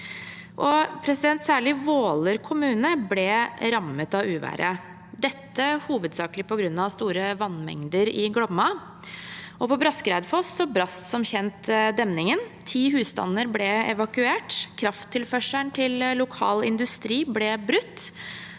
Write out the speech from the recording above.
Særlig Våler kommune ble rammet av uværet, dette hovedsakelig på grunn av store vannmengder i Glomma. På Braskereidfoss brast som kjent demningen, ti husstander ble evakuert, krafttilførselen til lokal industri ble brutt,